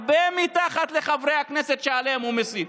הרבה מתחת לחברי הכנסת שהוא מסית